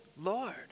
Lord